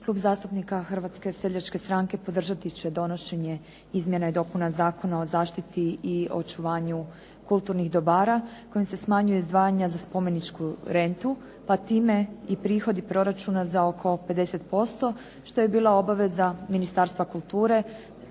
Klub zastupnika Hrvatske seljačke stranke podržati će donošenje izmjena i dopuna Zakona o zaštiti i očuvanju kulturnih dobara, kojim se smanjuje izdvajanja za spomeničku rentu, pa time i prihodi proračuna za oko 50%, što je bila obaveza Ministarstva kulture